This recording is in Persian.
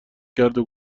کردو